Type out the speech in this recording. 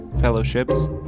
fellowships